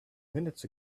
minutes